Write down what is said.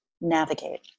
navigate